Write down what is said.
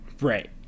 right